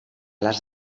les